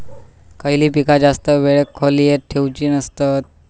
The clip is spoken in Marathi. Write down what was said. खयली पीका जास्त वेळ खोल्येत ठेवूचे नसतत?